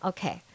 Okay